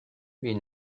les